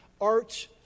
art